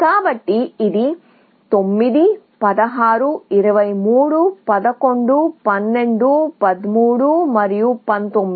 కాబట్టి ఇది 9 16 23 11 12 13 మరియు 19